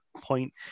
point